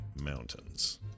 mountains